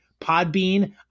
Podbean